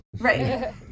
Right